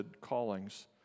callings